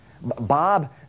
Bob